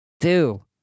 Two